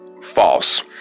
false